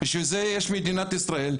בשביל זה יש את מדינת ישראל,